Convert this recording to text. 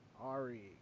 Ari